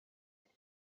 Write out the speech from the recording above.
but